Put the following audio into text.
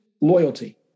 loyalty